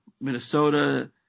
Minnesota